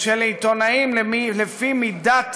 של עיתונאים לפי מידת